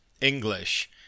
english